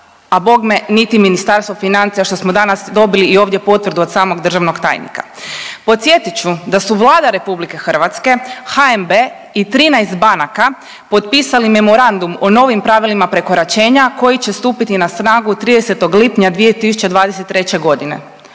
a bogme niti Ministarstvo financija što smo danas dobili i ovdje potvrdu od samog državnog tajnika. Podsjetit ću da su Vlada RH, HNB i 13 banaka potpisali memorandum o novim pravilima prekoračenja koji će stupiti na snagu 30. lipnja 2023. godine,